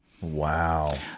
Wow